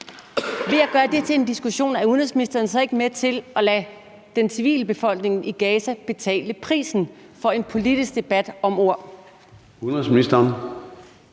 Ved at gøre det til en diskussion er udenrigsministeren så ikke med til at lade den civile befolkning i Gaza betale prisen for en politisk debat om ord? Kl.